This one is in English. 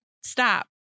stop